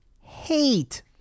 hate